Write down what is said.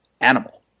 animal